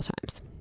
times